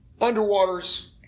Underwaters